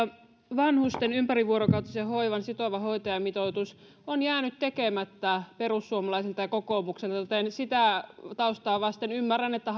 vanhusten ympärivuorokautisen hoivan sitova hoitajamitoitus on jäänyt tekemättä perussuomalaisilta ja kokoomukselta joten sitä taustaa vasten ymmärrän että